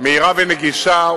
מהירה ונגישה,